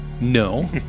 No